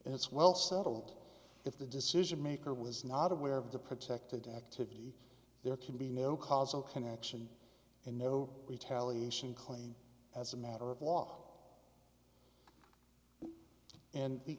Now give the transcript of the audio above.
point it's well settled if the decision maker was not aware of the protected activity there can be no causal connection and no retaliation claim as a matter of law and the